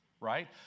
right